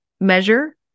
measure